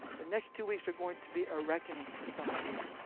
the next two weeks are going to be a reckoning for some of you.